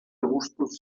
gustos